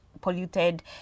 polluted